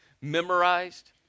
memorized